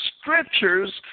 scriptures